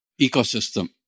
ecosystem